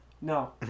no